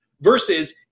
versus